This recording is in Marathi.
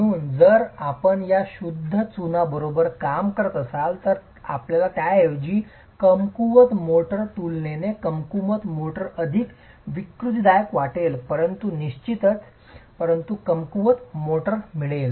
म्हणून चुना जर आपण या शुद्ध चुना बरोबर काम करत असाल तर आपल्याला त्याऐवजी कमकुवत मोर्टार तुलनेने कमकुवत मोर्टार अधिक विकृतीदायक वाटेल परंतु निश्चितच परंतु कमकुवत मोर्टार मिळेल